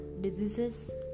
diseases